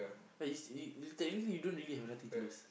ya you you technically you don't really have nothing to lose